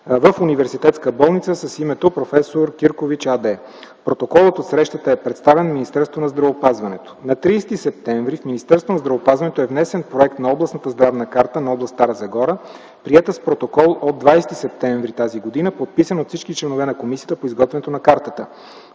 в Университетска болница с името „Проф. Киркович” АД. Протоколът от срещата е представен в Министерството на здравеопазването. На 30 септември в Министерство на здравеопазването е внесен проект на Областната здравна карта на област Стара Загора, приета с протокол от 20 септември т.г., подписан от всички членове на комисията по изготвянето на картата.